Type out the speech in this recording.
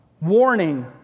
Warning